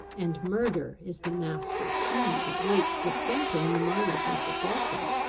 and murder is the master-key that wakes distemper in the mind of mr. falkland.